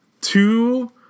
two